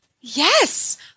Yes